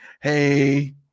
hey